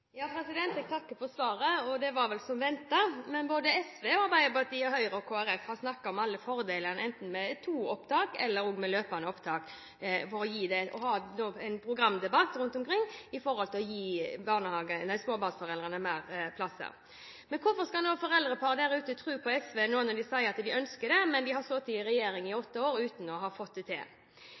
Jeg takker for svaret. Det var vel som ventet. Både SV, Arbeiderpartiet, Høyre og Kristelig Folkeparti har snakket om alle fordelene med to opptak eller løpende opptak, og man har en programdebatt rundt omkring for å gi småbarnsforeldrene flere plasser. Hvorfor skal foreldrepar der ute tro på SV når de nå sier at de ønsker dette, når de har sittet i regjering i åtte år uten å ha fått det til?